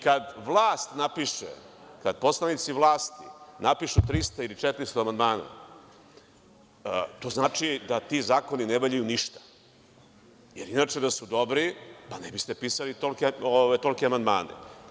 Kada poslanici vlasti napišu 300 ili 400 amandmana, to znači da ti zakoni ne valjaju ništa, jer inače da su dobri ne biste pisali tolike amandmane.